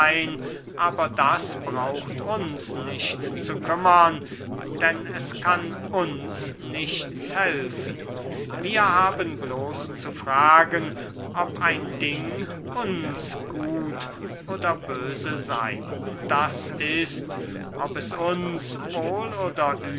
aber das braucht uns nicht zu kümmern denn es kann uns nichts helfen wir haben bloß zu fragen ob ein ding uns gut oder böse sey das ist ob es uns wohl oder